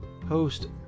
post